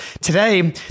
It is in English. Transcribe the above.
Today